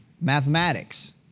mathematics